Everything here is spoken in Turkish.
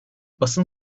basın